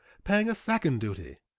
paying a second duty,